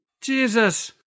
Jesus